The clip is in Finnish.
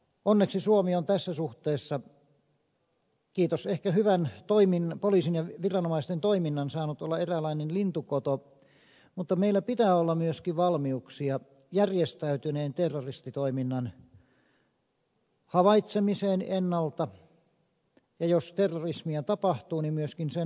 onneksi suomi on tässä suhteessa kiitos ehkä hyvän poliisin ja viranomaisten toiminnan saanut olla eräänlainen lintukoto mutta meillä pitää olla myöskin valmiuksia järjestäytyneen terroristitoiminnan havaitsemiseen ennalta ja jos terrorismia tapahtuu niin myöskin sen torjuntaan